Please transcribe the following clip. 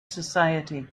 society